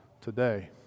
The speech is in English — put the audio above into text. today